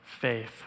faith